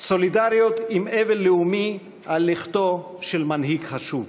סולידריות עם אבל לאומי על לכתו של מנהיג חשוב.